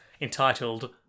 entitled